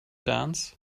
dance